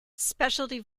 specialty